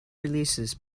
releases